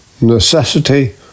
necessity